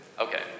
Okay